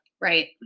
Right